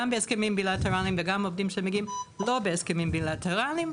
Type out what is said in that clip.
גם בהסכמים בילטרליים וגם עם עובדים שמגיעים לא בהסכמים בילטרליים,